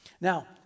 Now